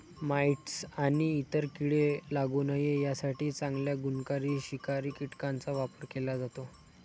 mites आणि इतर कीडे लागू नये यासाठी चांगल्या गुणकारी शिकारी कीटकांचा वापर केला जातो